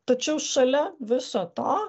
tačiau šalia viso to